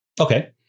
Okay